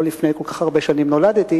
פתח-תקווה לא לפני כל כך הרבה שנים נולדתי,